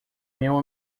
meio